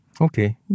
Okay